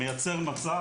מייצר מצב,